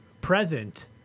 present